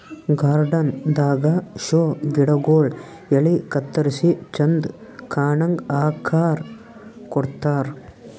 garden ದಾಗಾ show ಗಿಡಗೊಳ್ ಎಲಿ ಕತ್ತರಿಸಿ ಚಂದ್ ಕಾಣಂಗ್ ಆಕಾರ್ ಕೊಡ್ತಾರ್